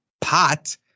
pot